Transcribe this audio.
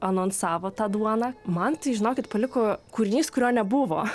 anonsavo tą duoną man tai žinokit paliko kūrinys kurio nebuvo